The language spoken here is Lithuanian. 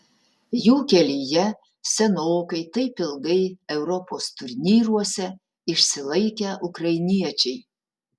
jų kelyje senokai taip ilgai europos turnyruose išsilaikę ukrainiečiai